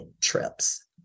trips